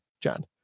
John